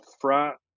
front